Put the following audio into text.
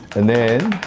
and then